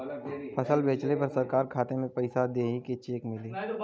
फसल बेंचले पर सरकार खाता में पैसा देही की चेक मिली?